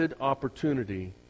opportunity